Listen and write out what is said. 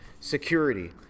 Security